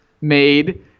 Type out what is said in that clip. made